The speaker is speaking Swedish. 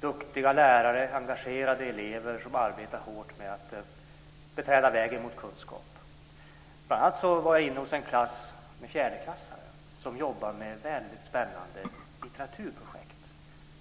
Där finns duktiga lärare och engagerade elever som arbetar hårt med att beträda vägen mot kunskap. Jag var bl.a. inne hos en fjärdeklass som jobbar med ett väldigt spännande litteraturprojekt.